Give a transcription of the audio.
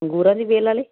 ਅੰਗੂਰਾਂ ਦੀ ਵੇਲ ਵਾਲੇ